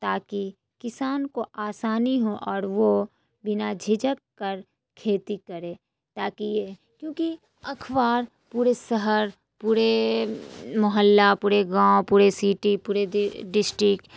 تاکہ کسان کو آسانی ہو اور وہ بنا جھجھک کر کھیتی کرے تاکہ یہ کیونکہ اخبار پورے شہر پورے محلہ پورے گاؤں پورے سٹی پورے ڈسٹک